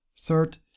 Third